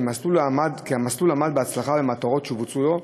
המסלול עמד בהצלחה במטרות שהוצבו לו: